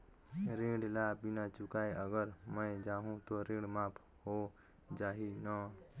ऋण ला बिना चुकाय अगर मै जाहूं तो ऋण माफ हो जाही न?